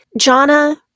Jonna